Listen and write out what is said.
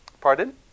Pardon